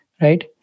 right